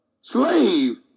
slave